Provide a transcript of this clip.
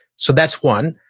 so that's one.